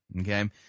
Okay